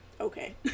okay